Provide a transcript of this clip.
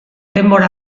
denbora